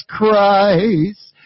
Christ